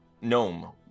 Gnome